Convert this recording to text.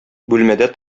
бүлмәдә